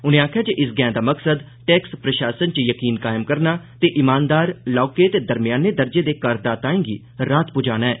उने आखेआ जे इस गैंह दा मकसद टैक्स प्रशासन च यकीन कायम करना ते ईमानदार लौहके ते दरम्याने दर्जे दे कर दाताएं गी राह्त पुजाना ऐ